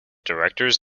directors